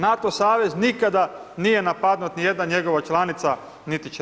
NATO savez nikada nije napadnut, nijedna njegova članica niti će